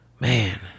man